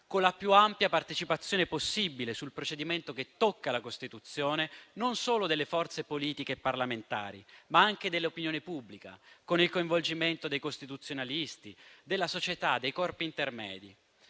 con la più ampia partecipazione possibile sul procedimento che tocca la Costituzione non solo delle forze politiche e parlamentari, ma anche dell'opinione pubblica, con il coinvolgimento dei costituzionalisti, della società e dei corpi intermedi.